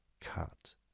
cut